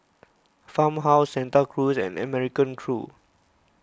Farmhouse Santa Cruz and American Crew